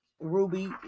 ruby